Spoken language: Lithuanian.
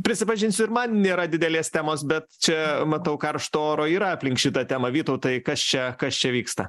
prisipažinsiu ir man nėra didelės temos bet čia matau karšto oro yra aplink šitą temą vytautai kas čia kas čia vyksta